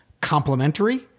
complementary